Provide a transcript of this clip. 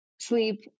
sleep